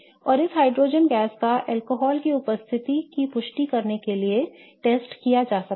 और इस hydrogen gas का अल्कोहल की उपस्थिति की पुष्टि करने के लिए परीक्षण किया जा सकता है